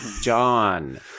John